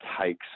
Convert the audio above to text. takes